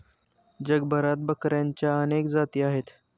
जगभरात बकऱ्यांच्या अनेक जाती आहेत